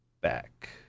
back